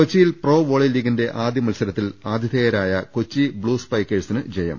കൊച്ചിയിൽ pro volley ലീഗിന്റെ ആദ്യ മത്സരത്തിൽ ആതിഥേയരായ കൊച്ചി ബ്ലൂ സ്പൈക്കേഴ്സിന് ജയം